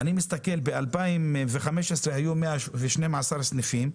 ב-2015 היו 112 סניפים,